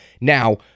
Now